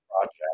project